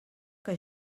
que